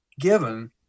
given